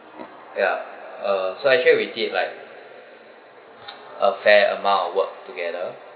ya uh so actually we did like a fair amount of work together